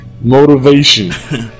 Motivation